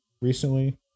recently